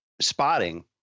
spotting